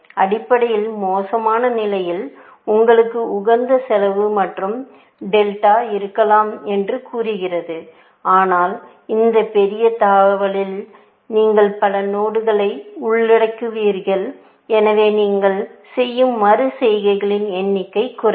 அடிப்படையில் மோசமான நிலையில் உங்களுக்கு உகந்த செலவு மற்றும் டெல்டா இருக்கலாம் என்று கூறுகிறது ஆனால் இந்த பெரிய தாவலில் நீங்கள் பல நோடுகளை உள்ளடக்குவீர்கள் எனவே நீங்கள் செய்யும் மறு செய்கைகளின் எண்ணிக்கை குறையும்